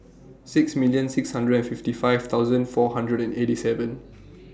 six million six hundred and fifty five thousand four hundred and eighty seven